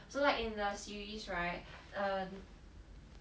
so like in the series right um